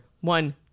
One